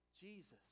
Jesus